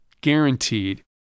guaranteed